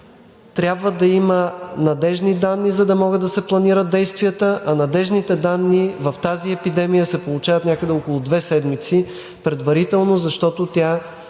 трябва да има надеждни данни, за да могат да се планират действията, а надеждите данни в тази епидемия се получават някъде около две седмици предварително, защото тя